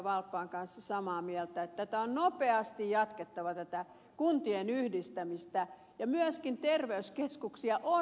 valppaan kanssa samaa mieltä että tätä kuntien yhdistämistä on nopeasti jatkettava ja myöskin terveyskeskuksia on ed